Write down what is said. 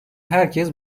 herkes